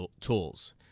tools